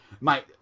Mate